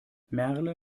merle